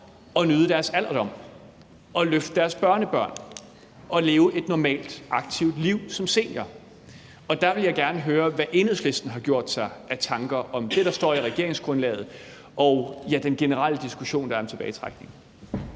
at nyde deres alderdom og løfte deres børnebørn og leve et normalt aktivt liv som senior. Og der vil jeg gerne høre, hvad Enhedslisten har gjort sig af tanker om det, der står i regeringsgrundlaget, og den generelle diskussion, der er, om tilbagetrækning.